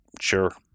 Sure